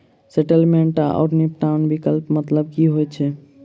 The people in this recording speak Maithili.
सेटलमेंट आओर निपटान विकल्पक मतलब की होइत छैक?